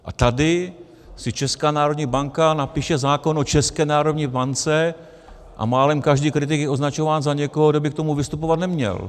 A tady si Česká národní banka napíše zákon o České národní bance a málem každý kritik je označován za někoho, kdo by k tomu vystupovat neměl.